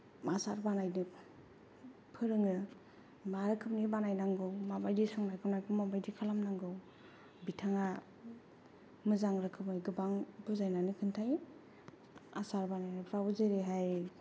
आसार बानायदों फोरोङो मा रोखोमनि बानायनांगौ माबायदि संनाय खावनायखौ माबायदि खालामनांगौ बिथाङा मोजां रोखोमै गोबां बुजायनानै खिन्थायो आसार बानायनायफ्राव जेरैहाय